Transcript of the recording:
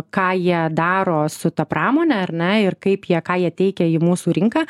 ką jie daro su ta pramone ar ne ir kaip jie ką jie teikia į mūsų rinką